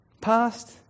past